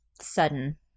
sudden